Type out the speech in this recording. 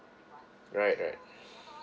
right right